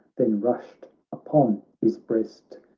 then rushed upon his breast,